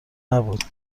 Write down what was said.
نبود